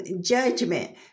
judgment